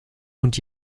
und